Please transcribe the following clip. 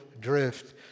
drift